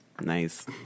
Nice